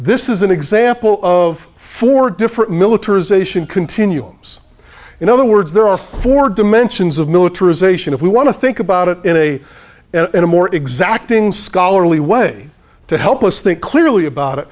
this is an example of four different militarization continuums in other words there are four dimensions of militarization if we want to think about it in a in a more exacting scholarly way to help us think clearly about it